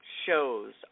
shows